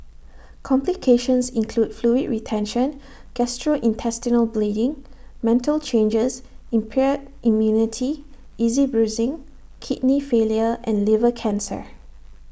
complications include fluid retention gastrointestinal bleeding mental changes impaired immunity easy bruising kidney failure and liver cancer